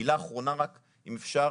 מילה אחרונה רק אם אפשר.